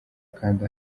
kandi